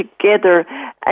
together